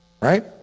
Right